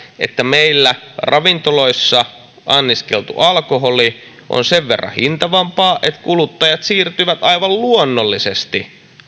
että meillä ravintoloissa anniskeltu alkoholi on sen verran hintavampaa että kuluttajat siirtyvät aivan luonnollisesti